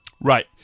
Right